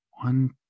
one